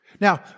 Now